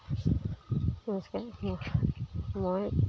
নমস্কাৰ মই মই